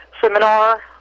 seminar